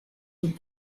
with